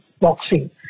boxing